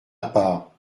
part